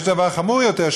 יש דבר חמור יותר,